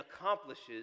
accomplishes